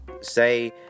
say